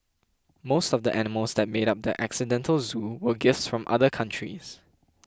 most of the animals that made up the accidental zoo were gifts from other countries